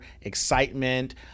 excitement